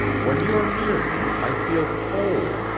when you are near me i feel cold,